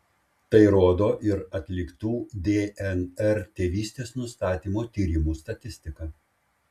tai rodo ir atliktų dnr tėvystės nustatymo tyrimų statistika